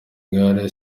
igare